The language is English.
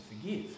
forgive